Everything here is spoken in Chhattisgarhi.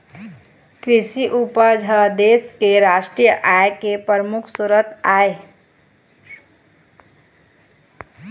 कृषि उपज ह देश के रास्टीय आय के परमुख सरोत आय